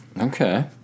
Okay